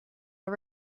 are